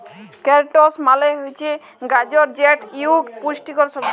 carrots মালে হছে গাজর যেট ইকট পুষ্টিকর সবজি